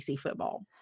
football